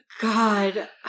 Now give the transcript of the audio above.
God